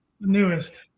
newest